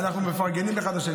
אנחנו מפרגנים אחד לשני.